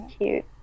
cute